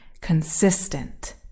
consistent